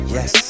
Yes